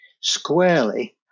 squarely